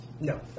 No